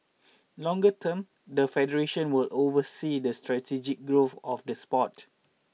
longer term the federation will oversee the strategic growth of the sport